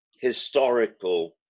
historical